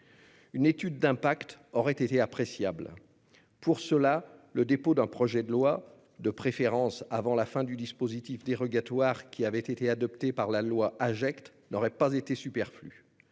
Une étude d'impact aurait été appréciable. Pour cela, le dépôt d'un projet de loi, de préférence avant la fin du dispositif dérogatoire qui avait été adopté dans la loi Agec, n'aurait pas été superflu.